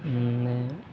અને